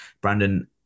Brandon